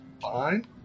fine